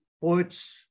poets